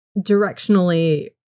directionally